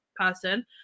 person